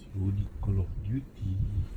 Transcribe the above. ini call of duty